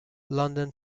london